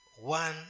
One